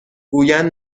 گویند